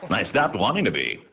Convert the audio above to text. and i stopped wanted to be.